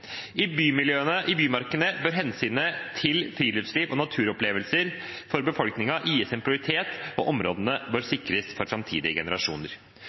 viktigste folkehelsetiltaket. I bymarkene bør hensynet til friluftsliv og naturopplevelser for befolkningen gis prioritet, og områdene bør sikres for framtidige generasjoner.